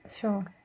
Sure